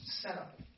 setup